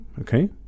okay